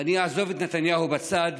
אני אעזוב את נתניהו בצד,